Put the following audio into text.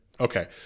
Okay